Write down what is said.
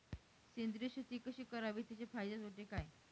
सेंद्रिय शेती कशी करावी? तिचे फायदे तोटे काय?